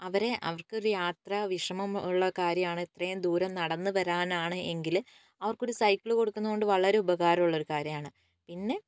അവരെ അവർക്കൊരു യാത്ര വിഷമം ഉള്ള കാര്യമാണ് ഇത്രയും ദൂരം നടന്ന് വരാൻ ആണ് എങ്കിൽ അവർക്കൊരു സൈക്കിൾ കൊടുക്കുന്ന കൊണ്ട് വളരെ ഉപകാരം ഉള്ളൊരു കാര്യമാണ് പിന്നെ